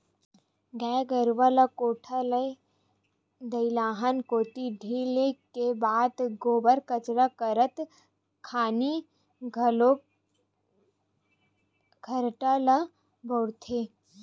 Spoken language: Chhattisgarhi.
गाय गरुवा ल कोठा ले दईहान कोती ढिले के बाद गोबर कचरा करत खानी घलोक खरेटा ल बउरथे